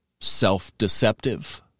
self-deceptive